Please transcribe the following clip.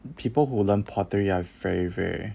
people who learn pottery are very very